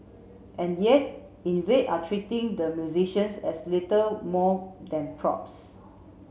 and yet Invade are treating the musicians as little more than props